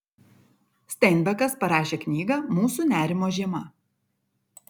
steinbekas parašė knygą mūsų nerimo žiema